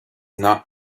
not